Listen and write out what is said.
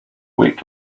week